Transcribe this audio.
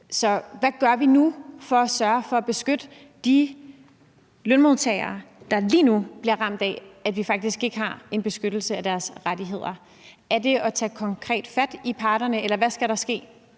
Så hvad gør vi nu for at sørge for at beskytte de lønmodtagere, der lige nu bliver ramt af, at vi faktisk ikke har en beskyttelse af deres rettigheder? Er det at tage konkret fat i parterne, eller hvad skal der ske?